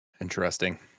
Interesting